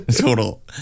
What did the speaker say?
Total